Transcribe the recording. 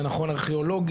זה נכון ארכיאולוגית,